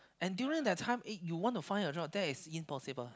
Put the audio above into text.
and during that time if you want to find a job that is impossible